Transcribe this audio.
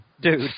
Dude